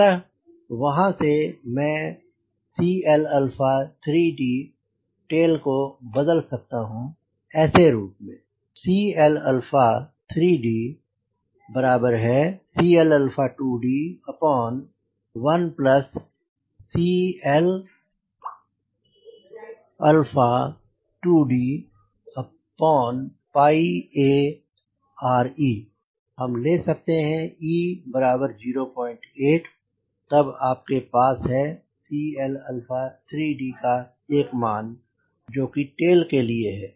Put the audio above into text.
अतः वहां से मैं CL3d टेल को बदल सकता हूँ ऐसे रूप में CL3dCl2d1Cl 2dARe हम ले सकते हैं e 08 तब आपके पास है CL3d का एक मान जो कि टेल के लिए है